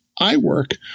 iWork